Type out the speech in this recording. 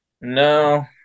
No